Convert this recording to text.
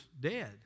dead